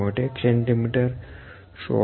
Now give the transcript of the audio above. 1 cm 16